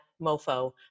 mofo